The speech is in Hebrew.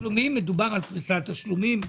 בפריסת תשלומים מדובר על פריסת תשלומים,